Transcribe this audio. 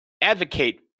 advocate